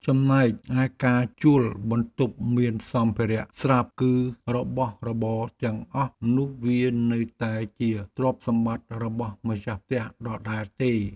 ចំណែកឯការជួលបន្ទប់មានសម្ភារៈស្រាប់ គឺរបស់របរទាំងអស់នោះវានៅតែជាទ្រព្យសម្បត្តិរបស់ម្ចាស់ផ្ទះដដែលទេ។